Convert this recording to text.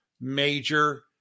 major